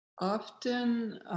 often